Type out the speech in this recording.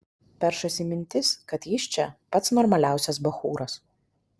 peršasi mintis kad jis čia pats normaliausias bachūras